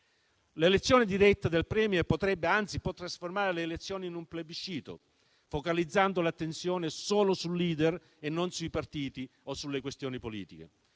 L'elezione diretta del *Premier* potrebbe, anzi può trasformare le elezioni in un plebiscito, focalizzando l'attenzione solo sul *leader* e non sui partiti o sulle questioni politiche.